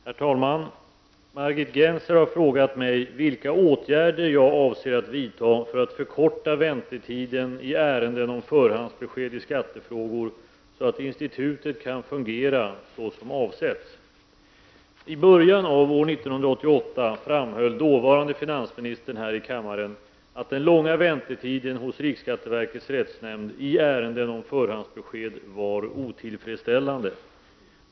Herr talman! Margit Gennser har frågat mig vilka åtgärder jag avser att vidta för att förkorta väntetiden i ärenden om förhandsbesked i skattefrågor så att institutet kan fungera såsom avsetts. I början av år 1988 framhöll den dåvarande finansministern här i kammaren att den långa väntetiden hos riksskatteverkets rättsnämnd i ärenden om förhandsbesked var otillfredsställande.